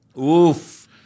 Oof